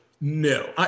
No